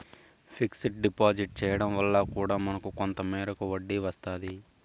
fixed deposit చేయడం వల్ల కూడా మనకు కొంత మేరకు వడ్డీ వస్తాది